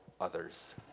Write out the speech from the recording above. others